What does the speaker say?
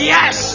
Yes